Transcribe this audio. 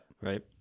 Right